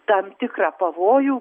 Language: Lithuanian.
tam tikrą pavojų